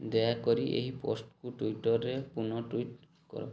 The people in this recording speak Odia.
ଦୟାକରି ଏହି ପୋଷ୍ଟକୁ ଟୁଇଟରରେ ପୁନଃ ଟୁଇଟ୍ କର